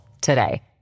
today